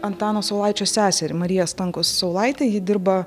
antano saulaičio seserį mariją stankus saulaitė ji dirba